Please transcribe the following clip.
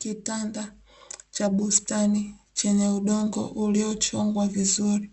Kitanda cha bustani chenye udongo uliochongwa vizuri,